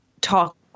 talk